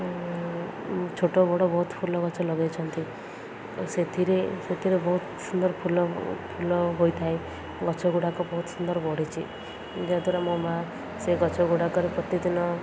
ଛୋଟ ବଡ଼ ବହୁତ ଫୁଲ ଗଛ ଲଗେଇଛନ୍ତି ସେଥିରେ ସେଥିରେ ବହୁତ ସୁନ୍ଦର ଫୁଲ ଫୁଲ ହୋଇଥାଏ ଗଛ ଗୁଡ଼ାକ ବହୁତ ସୁନ୍ଦର ବଢ଼ିଛି ଯାହାଦ୍ୱାରା ମୋ ମାଆ ସେ ଗଛ ଗୁଡ଼ାକରେ ପ୍ରତିଦିନ